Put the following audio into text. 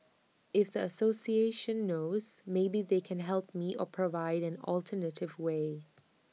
if the association knows maybe they can help me or provide an alternative way